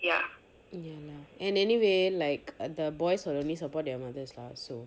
ya lah and anyway like the boys will only support their mothers lah so